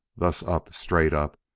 thus up, straight up,